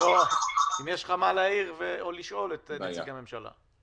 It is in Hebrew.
אם יש לך מה להעיר או לשאול את נציגי הממשלה.